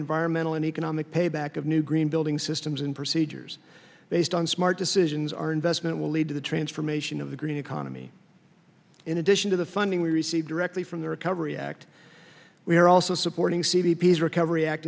environmental and economic payback of new green building systems and procedures based on smart decisions our investment will lead to the transformation of the green economy in addition to the funding we receive directly from the recovery act we are also supporting c p s recovery act